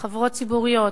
בחברות ציבוריות,